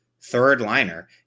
third-liner